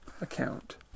account